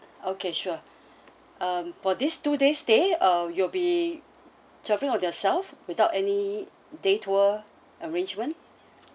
okay sure um for these two days stay um you'll be travelling on yourself without any day tour arrangement